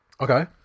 Okay